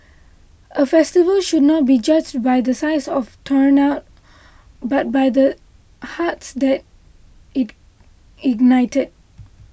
a festival should not be judged by the size of turnout but by the hearts that it ignited